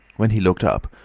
when he looked up,